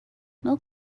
milk